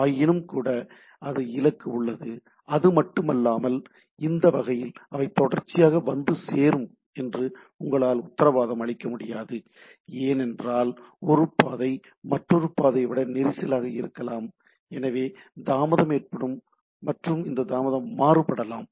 ஆயினும்கூட அங்கு இலக்கு உள்ளது அது மட்டுமல்லாமல் இந்த வகையில் அவை தொடர்ச்சியாக வந்து சேரும் என்று உங்களால் உத்தரவாதம் அளிக்க முடியாது ஏனென்றால் ஒரு பாதை மற்றொரு பாதையைவிட நெரிசலாக இருக்கலாம் எனவே தாமதம் ஏற்படும் மற்றும் இந்த தாமதம் மாறுபடலாம்